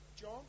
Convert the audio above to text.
John